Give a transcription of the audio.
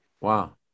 Wow